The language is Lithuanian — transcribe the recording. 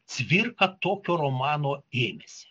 cvirka tokio romano ėmėsi